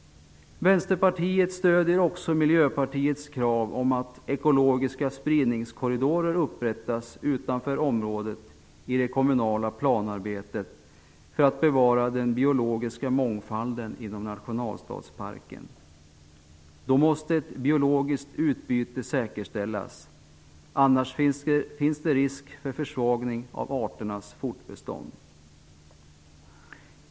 Vänsterpartiet stöder också Miljöpartiets krav om att ekologiska spridningskorridorer upprättas utanför området i det kommunala planarbetet för att bevara den biologiska mångfalden inom nationalstadsparken. Ett biologiskt utbyte måste säkerställas. Annars finns det risk för försvagning av arternas möjlighet till fortbestånd.